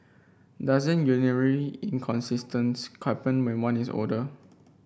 doesn't happen when one is older